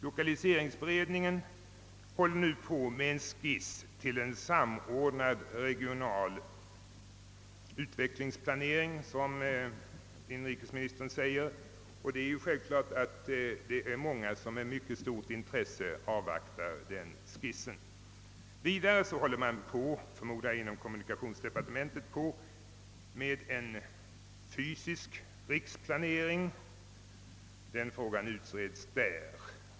Lokaliseringsberedningen håller ju på att göra upp en skiss till en samordnad regional utvecklingsplanering, som inrikesministern framhåller, och det är självfallet många som med stort intresse avvaktar denna skiss. Vidare förmodar jag att man inom kommunikationsdepartementet arbetar med en fysisk riksplanering — den frågan utreds ju där.